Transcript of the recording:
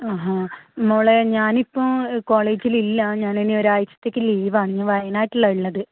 ആഹാ മോളേ ഞാൻ ഇപ്പോൾ കോളേജിലില്ല ഞാൻ എനി ഒരു ആഴ്ചത്തേക്ക് ലീവ് ആണ് ഞാൻ വയനാട്ടിലാണ് ഉള്ളത്